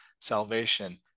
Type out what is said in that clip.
Salvation